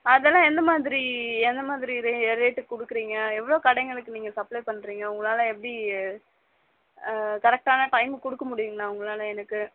அதெல்லாம் எந்த மாதிரி எந்த மாதிரி ரே ரேட்டுக்கு கொடுக்குறீங்க எவ்வளோ கடைங்களுக்கு நீங்கள் சப்ளை பண்ணுறீங்க உங்களால் எப்படி கரெக்டான டைம்முக்கு கொடுக்க முடியுங்களா உங்களால் எனக்கு